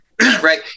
right